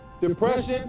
depression